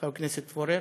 חבר הכנסת פורר,